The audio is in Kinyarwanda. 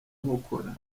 nkokora